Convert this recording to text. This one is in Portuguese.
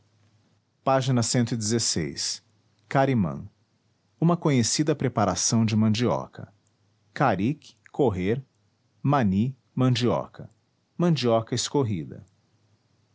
a água carimã uma conhecida preparação de mandioca caric correr mani mandioca mandioca escorrida